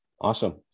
Awesome